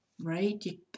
right